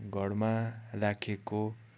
घरमा राखेको